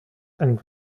and